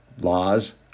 laws